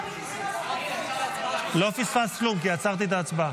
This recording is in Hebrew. לא פספסת כלום כי עצרתי את ההצבעה.